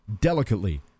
delicately